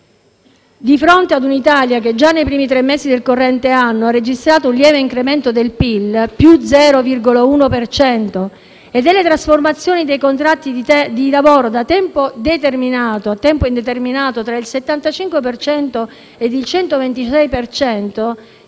Di fronte a un'Italia che già nei primi tre mesi del corrente anno ha registrato un lieve incremento del PIL (+0,l per cento) e delle trasformazioni dei contratti di lavoro da tempo determinato a tempo indeterminato tra il 75 per cento